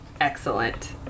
excellent